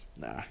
Nah